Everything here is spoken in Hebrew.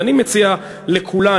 ואני מציע לכולנו,